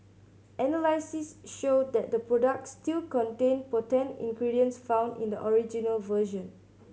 analysis showed that the products still contained potent ingredients found in the original version